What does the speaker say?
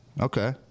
Okay